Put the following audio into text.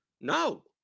No